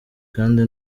kandi